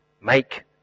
Make